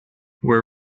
were